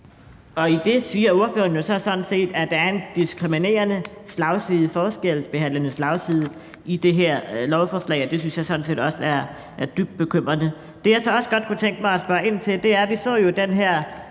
Med det siger ordføreren jo sådan set, at der er en diskriminerende forskelsbehandlende slagside i det her lovforslag, og det synes jeg også er dybt bekymrende. Det, som jeg så også godt kunne tænke mig at spørge ind til, er jo, at vi sidste år